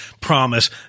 Promise